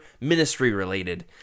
ministry-related